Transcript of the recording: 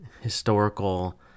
historical